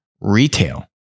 Retail